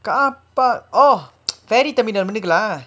carpark oh ferry terminal மின்னுக்குல:minnukula